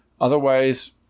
Otherwise